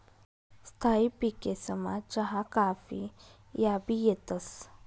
स्थायी पिकेसमा चहा काफी याबी येतंस